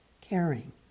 caring